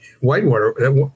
Whitewater